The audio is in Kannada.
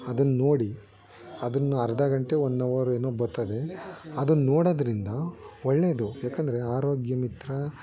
ಅದನ್ನು ನೋಡಿ ಅದನ್ನು ಅರ್ಧ ಗಂಟೆ ಒನ್ ಅವರ್ ಏನೋ ಬತ್ತದೆ ಅದನ್ನು ನೋಡೋದ್ರಿಂದ ಒಳ್ಳೇದು ಏಕೆಂದ್ರೆ ಆರೋಗ್ಯ ಮಿತ್ರ